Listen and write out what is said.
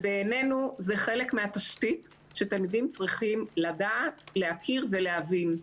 בעינינו זה חלק מהתשתית שתלמידים צריכים לדעת להכיר ולהבין,